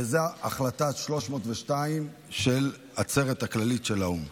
וזו החלטה 302 של העצרת הכללית של האו"ם.